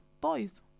boys